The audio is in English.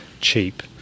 cheap